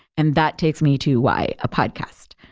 and that takes me to why a podcast.